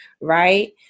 right